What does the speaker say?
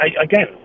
again